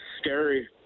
scary